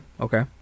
okay